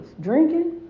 drinking